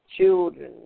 children